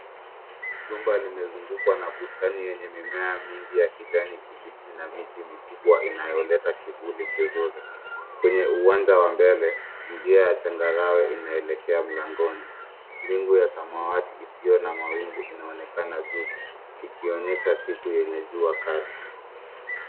Jumba limezungukwa na bustani yenye mimea mingi ya kijani kibichi na miti mikubwa inayoleta kivuli kizuri. Kwenye uwanja wa mbele njia ya changarawe inaelekea mlangoni. Mbingu ya samawati isiyo na mawingu inaonekana juu ikionyesha siku yenye jua kali.